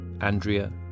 Andrea